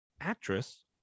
actress